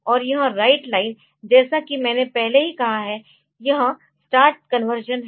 और यह right line जैसा कि मैंने पहले ही कहा है कि यह स्टार्ट कन्वर्शन है